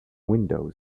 windows